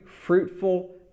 fruitful